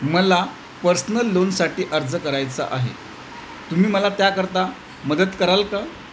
मला पर्सनल लोनसाठी अर्ज करायचा आहे तुम्ही मला त्याकरता मदत कराल का